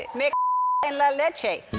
ah me ah la leche.